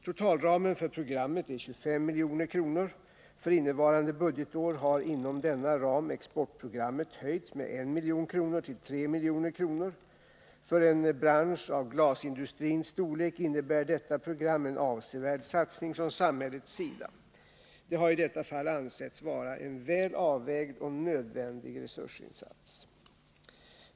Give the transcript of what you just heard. Totalramen för programmet är 25 milj.kr. För innevarande budgetår har inom denna ram exportprogrammet höjts med 1 milj.kr. till 3 milj.kr. För en bransch av glasindustrins storlek innebär detta program en avsevärd satsning från samhällets sida. Det har i detta fall ansetts vara en väl avvägd och nödvändig resursinsats.